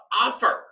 offer